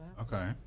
Okay